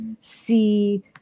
see